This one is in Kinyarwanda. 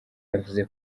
yavuze